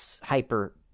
hyper